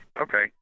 Okay